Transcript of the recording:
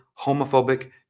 homophobic